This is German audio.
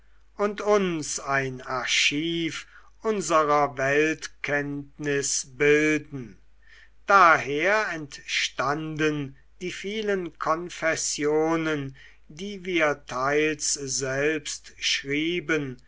und uns ein eigenes archiv unserer weltkenntnis bilden daher entstanden die vielen konfessionen die wir teils selbst schrieben